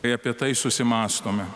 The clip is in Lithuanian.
jei apie tai susimąstome